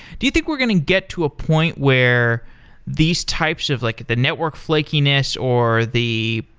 do you think we're going to get to a point where these types of like the network flakiness or the